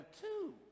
two